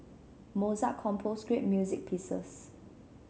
Mozart composed great music pieces